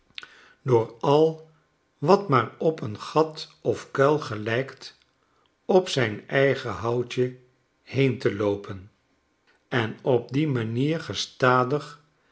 door al wat maar op een gat of kuil gelijkt op zijn eigen houtje heen te loopen en op die manier gestadig